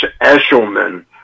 Eshelman